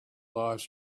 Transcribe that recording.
lives